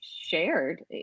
shared